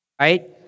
right